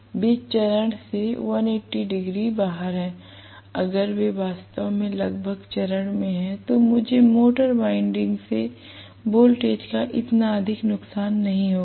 वे चरण से 180 डिग्री बाहर हैं अगर वे वास्तव में लगभग चरण में हैं तो मुझे मोटर वाइंडिंग से वोल्टेज का इतना अधिक नुकसान नहीं होगा